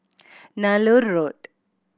Nallur Road